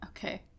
Okay